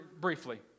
briefly